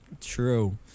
True